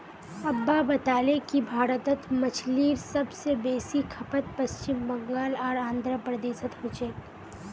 अब्बा बताले कि भारतत मछलीर सब स बेसी खपत पश्चिम बंगाल आर आंध्र प्रदेशोत हो छेक